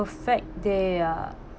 perfect day ah